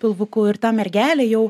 pilvuku ir ta mergelė jau